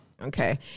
Okay